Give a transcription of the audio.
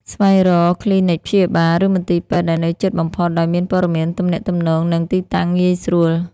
ស្វែងរកគ្លីនិកព្យាបាល ឬមន្ទីរពេទ្យដែលនៅជិតបំផុត ដោយមានព័ត៌មានទំនាក់ទំនង និងទីតាំងងាយស្រួល។